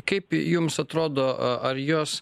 kaip jums atrodo a ar jos